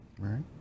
Right